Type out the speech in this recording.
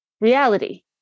reality